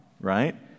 right